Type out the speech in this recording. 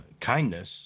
kindness